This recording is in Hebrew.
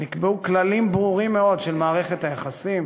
נקבעו כללים ברורים מאוד של מערכת היחסים.